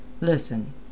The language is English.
Listen